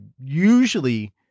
usually